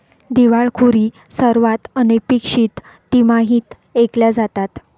दिवाळखोरी सर्वात अनपेक्षित तिमाहीत ऐकल्या जातात